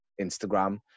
Instagram